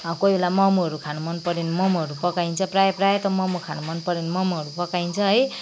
कोही बेला मोमोहरू खानु मन पऱ्यो भने मोमोहरू पकाइन्छ प्रायः प्रायः त मोमो खानु मन पऱ्यो भने मोमोहरू पकाइन्छ है